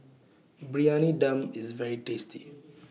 Briyani Dum IS very tasty